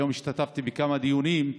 היום השתתפתי בכמה דיונים,